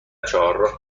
چهارراه